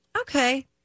Okay